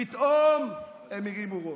פתאום הם הרימו ראש.